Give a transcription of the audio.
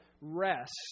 rest